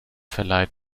verleiht